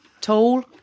tall